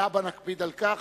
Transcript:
להבא נקפיד על כך,